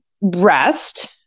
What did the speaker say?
rest